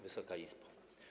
Wysoka Izbo!